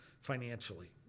financially